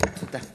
תודה.